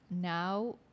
now